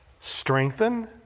strengthen